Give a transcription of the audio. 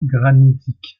granitique